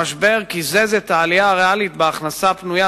המשבר קיזז את העלייה הריאלית בהכנסה הפנויה,